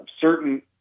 certain